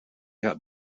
had